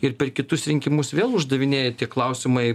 ir per kitus rinkimus vėl uždavinėji tie klausimai